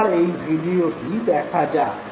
এবার এই ভিডিওটি দেখা যাক